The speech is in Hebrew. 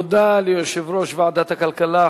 תודה ליושב-ראש ועדת הכלכלה,